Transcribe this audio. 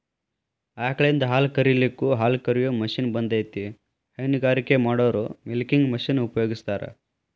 ಆಕಳಿಂದ ಹಾಲ್ ಕರಿಲಿಕ್ಕೂ ಹಾಲ್ಕ ರಿಯೋ ಮಷೇನ್ ಬಂದೇತಿ ಹೈನಗಾರಿಕೆ ಮಾಡೋರು ಮಿಲ್ಕಿಂಗ್ ಮಷೇನ್ ಉಪಯೋಗಸ್ತಾರ